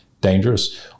dangerous